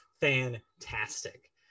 fantastic